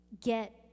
get